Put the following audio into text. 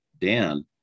dan